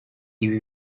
ibi